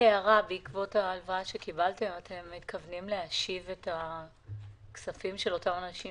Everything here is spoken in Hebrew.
בעקבות ההלוואה שקבלתם אתם מתכוונים להשיב את הכספים של אותם אנשים